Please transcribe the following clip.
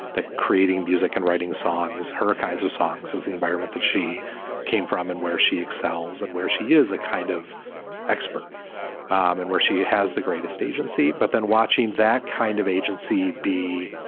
that creating music and writing songs, her kinds of songs is the environment that she came from and where she excels and where she is a kind of expert and where she has the greatest agency. but then watching that kind of agency be